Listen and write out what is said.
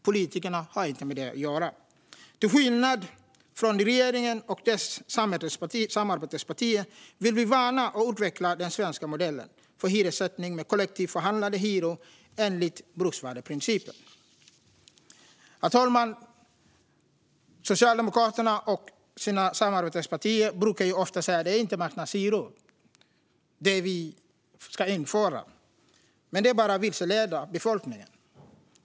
Politikerna har inte med det att göra. Till skillnad från regeringen och dess samarbetspartier vill vi värna och utveckla den svenska modellen för hyressättning med kollektivt förhandlade hyror enligt bruksvärdesprincipen. Herr talman! Socialdemokraterna och deras samarbetspartier brukar ofta säga att det som ska införas inte är marknadshyror. Men det är bara att vilseleda befolkningen.